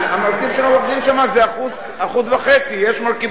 המרכיב של עורך-הדין שם הוא 1.5%, יש מרכיבים